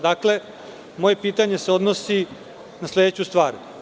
Dakle, moje pitanje se odnosi na sledeću stvar.